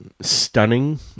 stunning